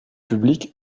public